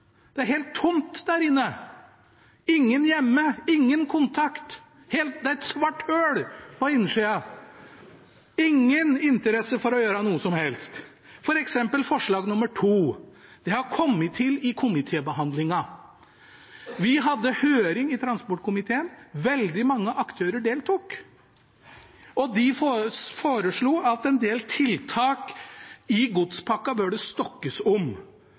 Det er helt tomt der inne. Ingen hjemme, ingen kontakt. Det er et svart hull på innsiden. Ingen interesse for å gjøre noe som helst. For eksempel forslag nr. 2: Det har kommet til i komitébehandlingen. Vi hadde høring i transportkomiteen, og veldig mange aktører deltok, og de foreslo at en del tiltak i godspakken burde stokkes om.